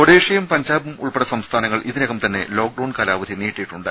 ഒഡീഷയും പഞ്ചാബും ഉൾപ്പെടെ സംസ്ഥാനങ്ങൾ ഇതിനകം തന്നെ ലോക്ഡൌൺ കാലാവധി നീട്ടിയിട്ടുണ്ട്